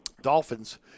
Dolphins